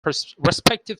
respective